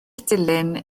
dilin